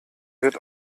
wird